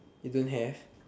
you don't have